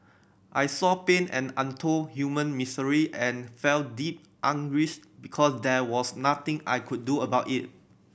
I saw pain and untold human misery and felt deep anguish because there was nothing I could do about it